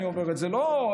אני אומר לא כביקורת.